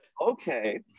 okay